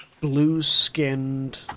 blue-skinned